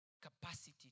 Capacity